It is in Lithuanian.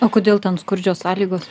o kodėl ten skurdžios sąlygos